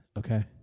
Okay